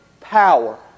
power